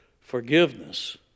forgiveness